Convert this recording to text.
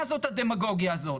מה זאת הדמגוגיה הזאת?